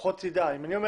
הוא קיבל